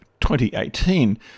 2018